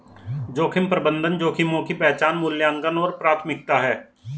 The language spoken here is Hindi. जोखिम प्रबंधन जोखिमों की पहचान मूल्यांकन और प्राथमिकता है